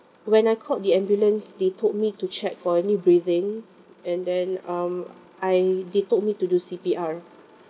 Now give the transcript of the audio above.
when I called the ambulance they told me to check for any breathing and then um I they told me to do C_P_R